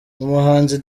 umuhanzi